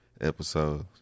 episodes